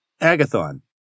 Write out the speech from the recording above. Agathon